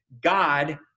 God